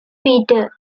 peter